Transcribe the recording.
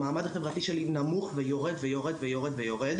המעמד החברתי שלי נמוך ויורד ויורד ויורד ויורד